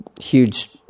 huge